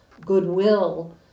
goodwill